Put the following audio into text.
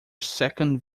second